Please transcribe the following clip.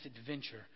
adventure